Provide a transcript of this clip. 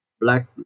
black